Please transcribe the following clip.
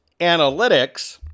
analytics